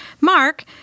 Mark